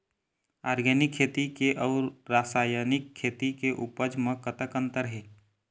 Organic खेती के अउ रासायनिक खेती के उपज म कतक अंतर हे?